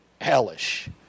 hellish